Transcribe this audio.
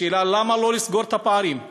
השאלה: למה לא לסגור את הפערים?